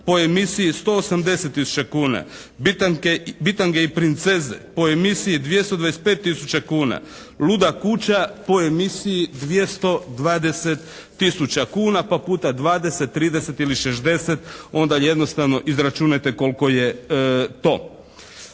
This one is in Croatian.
po emisiji 180 tisuća kuna, "Bitange i princeze" po emisiji 225 tisuća kuna, "Luda kuća" po emisiji 220 tisuća kuna pa puta dvadeset, trideset ili šezdeset onda jednostavno izračunajte koliko je to.